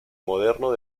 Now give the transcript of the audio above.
moderno